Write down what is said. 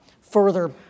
further